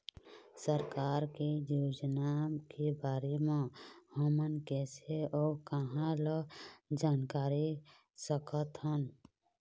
सरकार के योजना के बारे म हमन कैसे अऊ कहां ल जानकारी सकथन?